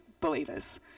believers